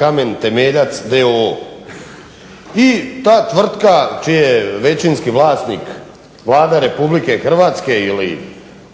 Kamen temeljac d.o.o. i ta tvrtka čiji je većinski vlasnik Vlada Republike Hrvatske ili